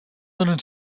donen